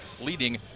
leading